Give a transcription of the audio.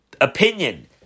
opinion